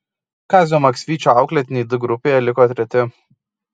kazio maksvyčio auklėtiniai d grupėje liko treti